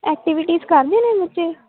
activities ਕਰਦੇ ਨੇ ਬੱਚੇ